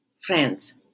Friends